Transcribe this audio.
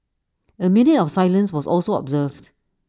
A minute of silence was also observed